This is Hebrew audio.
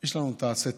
יש לנו את ה"עשה טוב",